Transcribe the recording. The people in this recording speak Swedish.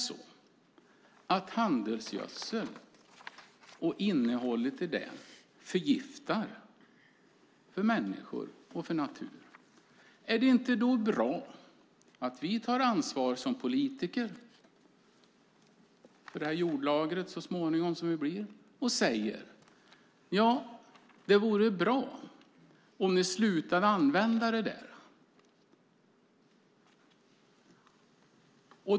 Om handelsgödsel och innehållet i den är giftigt för människor och natur är det då inte bra att vi politiker tar ansvar för det jordlager som vi så småningom blir och säger: Det vore bra om ni slutade att använda det.